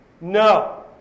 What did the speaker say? No